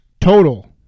total